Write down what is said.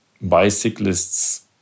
bicyclists